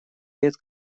лет